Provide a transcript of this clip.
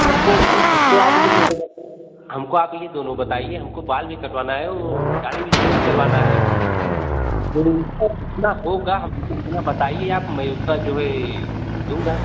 हमको हमको आप ये दोनों बताइए हमको आप ये दोनों बताइए हमको बाल भी कटवाना है औ दाढ़ी भी सेविंग करवाना है बोल रहें सर जितना होगा हमको उतना बताइए आप मैं उतना जो है दूँगा